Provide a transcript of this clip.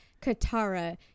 Katara